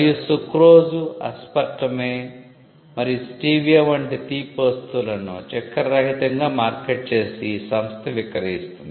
మరియు sucrose aspartame మరియు stevia వంటి తీపి వస్తువులను 'చక్కెర రహితంగా' మార్కెట్ చేసి ఈ సంస్థ విక్రయిస్తుంది